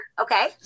Okay